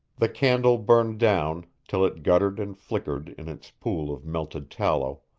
the candle burned down till it guttered and flickered in its pool of melted tallow,